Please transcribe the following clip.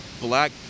black